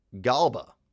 Galba